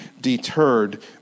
deterred